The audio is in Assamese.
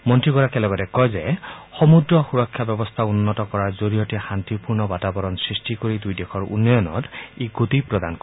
মন্ত্ৰীগৰাকীয়ে লগতে কয় যে সমুদ্ৰ সুৰক্ষা ব্যৱস্থা উন্নত কৰাৰ জৰিয়তে শান্তিপূৰ্ণ বাতাবৰণ সৃষ্টি কৰি দুই দেশৰ উন্নয়নত গতি প্ৰদান কৰিব